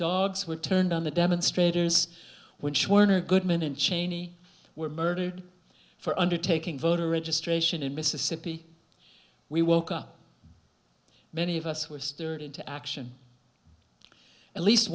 dogs were turned on the demonstrators when schwerner goodman and cheney were murdered for undertaking voter registration in mississippi we woke up many of us who are still into action at least